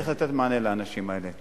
צריך לתת מענה לאנשים האלה.